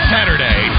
Saturday